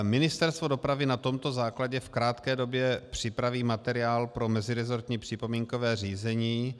Ministerstvo dopravy na tomto základě v krátké době připraví materiál pro meziresortní připomínkové řízení.